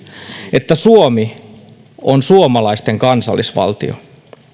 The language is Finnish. että suomi on suomalaisten kansallisvaltio